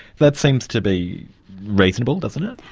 that seems to be reasonable, doesn't it?